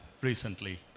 recently